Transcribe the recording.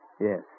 yes